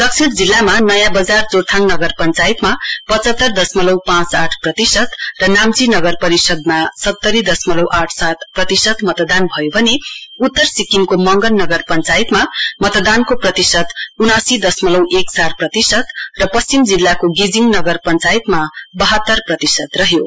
दक्षिण जिल्लामा नयाँ बजार जोरथाङ नगर पश्चायतमा पचहत्तर दशमलउ पाँच आठ प्रतिशत र नाम्ती नगर परिषदमा सत्तरी दशमलउ आठ साथ प्रतिशत मतदान भयो भने उत्तर सिक्किमको मंगन नगर पञ्चायतमा मतदानको प्रतिशत उनासी दशमलउ एक चार प्रतिशत र पश्चिम जिल्लाको गेजिङनगर पञ्चायतमा तिरात्तर दशमलउ तीन पाँच प्रतिशत रह्यो